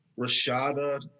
Rashada